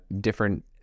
different